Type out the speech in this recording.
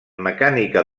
mecànica